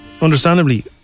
understandably